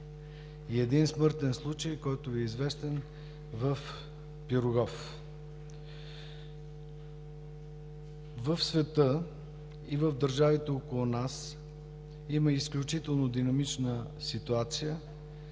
и един смъртен случай, който Ви е известен, в „Пирогов“. В света и в държавите около нас има изключително динамична ситуация.